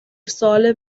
سوال